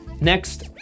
Next